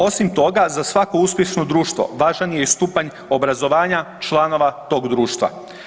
Osim toga za svako uspješno društvo važan je i stupanj obrazovanja članova tog društva.